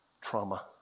trauma